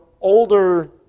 older